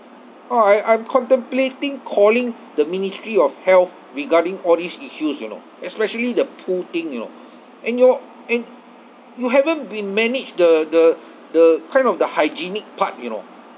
ah I I'm contemplating calling the ministry of health regarding all these issues you know especially the pool thing you know and your and you haven't been manage the the the kind of the hygienic part you know